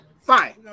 Fine